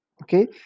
Okay